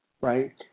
right